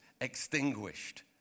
extinguished